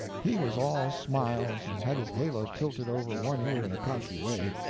he was all smiles, and had his halo tilted over one ear in a cocky way,